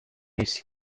ainsi